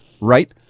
right